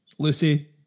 Lucy